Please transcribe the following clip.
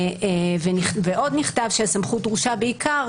עוד נכתב שהסמכות דרושה בעיקר,